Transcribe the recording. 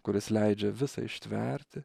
kuris leidžia visa ištverti